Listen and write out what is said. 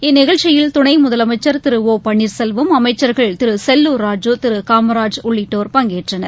இந்நிகழ்ச்சியில் துணை முதலமைச்சர் திரு ஒ பன்னீர்செல்வம் அமைச்சர்கள் திரு செல்லூர் ராஜூ திரு காமராஜ் உள்ளிட்டோர் பங்கேற்றனர்